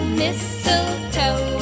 mistletoe